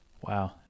Wow